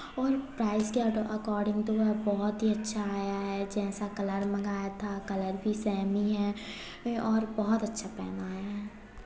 और प्राइस के अड अकॉर्डिंग तो वह बहुत ही अच्छा आया है जैसा कलर मंगाया था कलर भी सेम ही है और बहुत अच्छा पेन आया है